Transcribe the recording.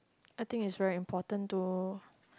I think is very important to